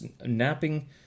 napping